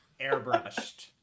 airbrushed